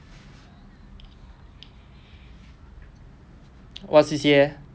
what C_C_A eh